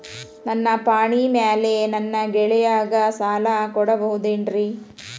ನನ್ನ ಪಾಣಿಮ್ಯಾಲೆ ನನ್ನ ಗೆಳೆಯಗ ಸಾಲ ಕೊಡಬಹುದೇನ್ರೇ?